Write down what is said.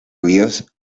ríos